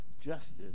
justice